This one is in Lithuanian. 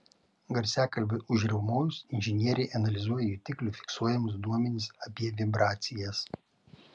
garsiakalbiui užriaumojus inžinieriai analizuoja jutiklių fiksuojamus duomenis apie vibracijas